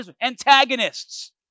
antagonists